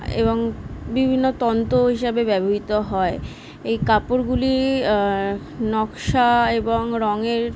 এবং বিভিন্ন তন্তুও হিসাবে ব্যবহৃত হয় এই কাপড়গুলি নকশা এবং রঙের